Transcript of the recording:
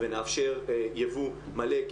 ונאפשר יבוא מלא,